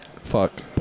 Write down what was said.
Fuck